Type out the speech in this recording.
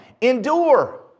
Endure